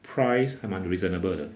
price 还蛮 reasonable 的